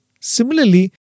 Similarly